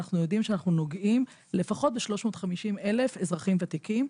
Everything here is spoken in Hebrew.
אנחנו יודעים שאנחנו בעצם נוגעים לפחות ב-350 אלף אזרחים ותיקים,